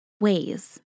ways